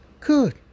Good